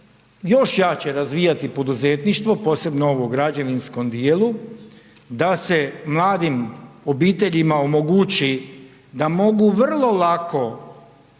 još jače razvijati poduzetništvo, posebno ovo u građevinskom dijelu, da se mladim obiteljima omogući da mogu vrlo lako